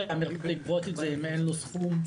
טוב.